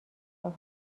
راه